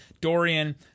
Dorian